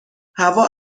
هوا